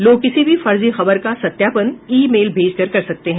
लोग किसी भी फर्जी खबर का सत्यापन ई मेल भेजकर कर सकते हैं